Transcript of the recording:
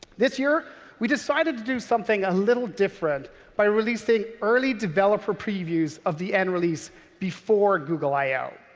this year we decided to do something a little different by releasing early developer previews of the n release before google i o.